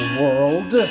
world